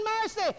mercy